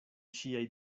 ŝiaj